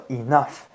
enough